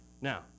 Now